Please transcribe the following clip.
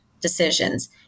decisions